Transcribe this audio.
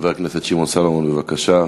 חבר הכנסת שמעון סולומון, בבקשה.